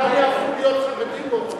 או, לחלופין, כולם יהפכו להיות חרדים באותו זמן.